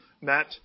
Matt